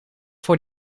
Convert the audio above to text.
voor